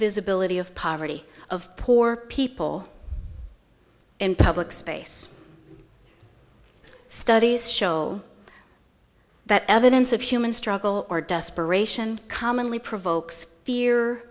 visibility of poverty of poor people in public space studies show that evidence of human struggle or desperation commonly provokes fear